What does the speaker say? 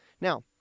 Now